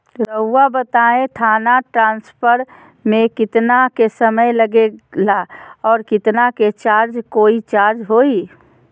रहुआ बताएं थाने ट्रांसफर में कितना के समय लेगेला और कितना के चार्ज कोई चार्ज होई?